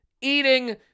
eating